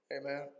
Amen